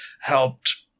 helped